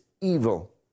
evil